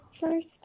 first